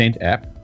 app